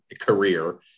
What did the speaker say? career